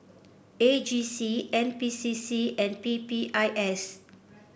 A G C N P C C and P P I S